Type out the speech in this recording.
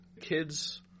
kids